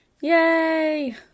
Yay